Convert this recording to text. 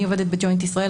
אני עובדת בג'וינט ישראל.